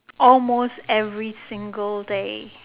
almost every single day